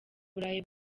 burayi